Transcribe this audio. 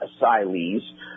asylees